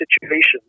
situation